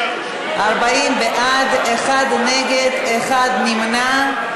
40 בעד, אחד נגד, אחד נמנע.